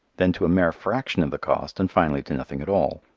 then to a mere fraction of the cost and finally to nothing at all.